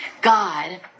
God